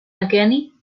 aqueni